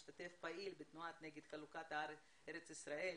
משתתף פעיל בתנועה נגד חלוקת ארץ ישראל,